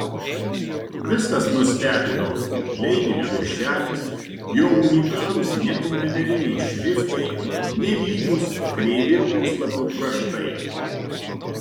viskas nustebino leidinio viršelis jo unikalūs nekompiuteriniai šriftai nelygūs kreivi puslapių kraštai